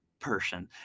person